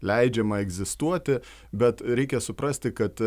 leidžiama egzistuoti bet reikia suprasti kad